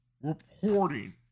reporting